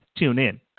TuneIn